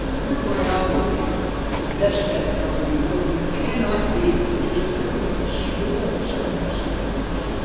your biology is best at telling you what you cannot be, which is a very small set of possibilities.